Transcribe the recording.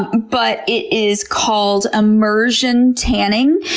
but it is called immersion tanning.